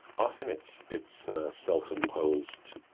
often, it's it's ah self-imposed.